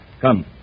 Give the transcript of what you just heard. Come